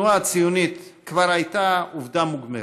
התנועה הציונית כבר הייתה עובדה מוגמרת.